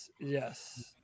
Yes